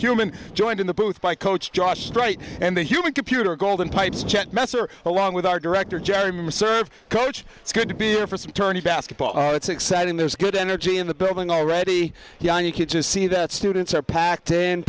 cumin joined in the booth by coach josh strait and the human computer golden pipes chet messer along with our director jerry miller served coach it's good to be here for some tourney basketball it's exciting there's good energy in the building already yeah you could just see that students are packed in